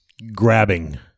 grabbing